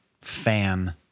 fan